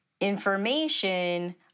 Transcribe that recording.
information